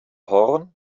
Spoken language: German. horn